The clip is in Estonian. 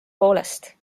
poolest